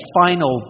final